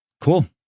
Cool